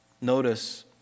Notice